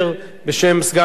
בשם סגן שר הבריאות.